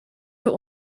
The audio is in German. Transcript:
für